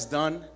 done